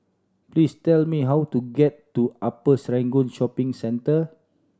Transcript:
please tell me how to get to Upper Serangoon Shopping Centre